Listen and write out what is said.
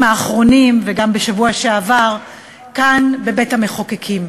האחרונים וגם בשבוע שעבר כאן בבית-המחוקקים.